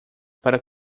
para